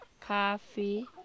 coffee